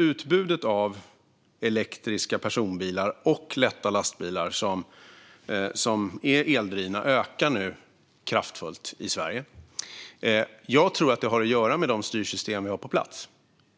Utbudet av elektroniska personbilar och lätta lastbilar som är eldrivna ökar nu kraftfullt i Sverige. Jag tror att detta har att göra med de styrsystem vi har på plats.